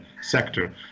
sector